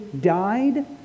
died